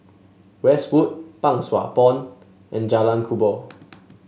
Westwood Pang Sua Pond and Jalan Kubor